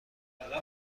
چگونه